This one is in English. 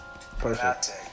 Perfect